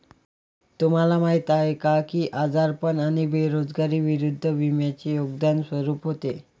तुम्हाला माहीत आहे का की आजारपण आणि बेरोजगारी विरुद्ध विम्याचे योगदान स्वरूप होते?